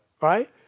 Right